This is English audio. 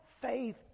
faith